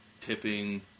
tipping